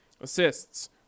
Assists